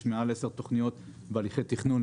יש מעל עשר תכניות בהליכי תכנון.